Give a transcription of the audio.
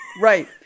right